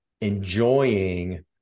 enjoying